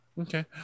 Okay